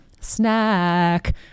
snack